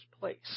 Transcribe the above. place